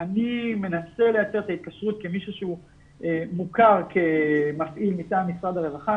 אני מנסה לייצר את ההתקשרות כמישהו שהוא מוכר כמפעיל מטעם משרד הרווחה.